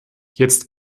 jetzt